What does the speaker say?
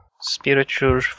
spiritual